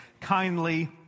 kindly